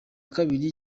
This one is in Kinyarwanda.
kabiri